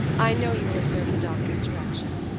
i know you will observe the doctor's direction.